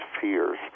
fears